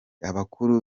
abakuru